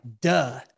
duh